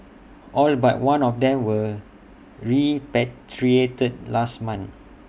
all but one of them were repatriated last month